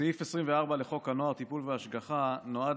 סעיף 24 לחוק הנוער (טיפול והשגחה) נועד